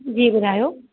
जी ॿुधायो